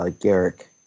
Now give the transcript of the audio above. Garrick